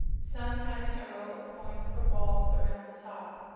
some having a row of points or balls around the top,